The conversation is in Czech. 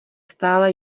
stále